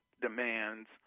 demands